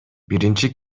биринчи